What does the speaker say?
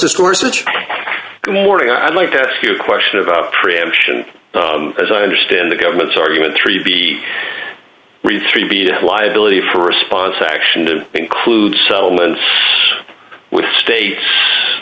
good morning i'd like to ask you a question about preemption as i understand the government's argument three b re three b liability for response action to include settlements with states